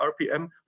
RPM